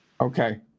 Okay